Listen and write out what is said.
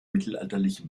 mittelalterliche